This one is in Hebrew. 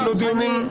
היו דיונים.